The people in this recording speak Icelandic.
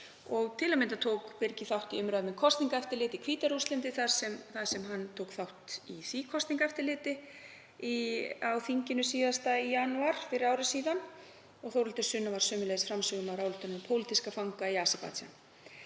Til að mynda tók Birgir þátt í umræðum um kosningaeftirlit í Hvíta-Rússlandi, þar sem hann tók þátt í því eftirliti, á þinginu síðasta í janúar fyrir ári síðan og Þórhildur Sunna var sömuleiðis framsögumaður ályktunar um pólitíska fanga í Aserbaídsjan.